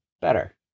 better